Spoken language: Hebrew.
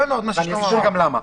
ואני אסביר גם למה.